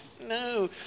no